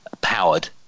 powered